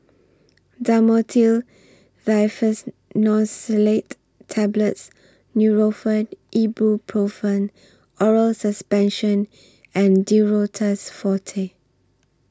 Dhamotil Diphenoxylate Tablets Nurofen Ibuprofen Oral Suspension and Duro Tuss Forte